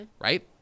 Right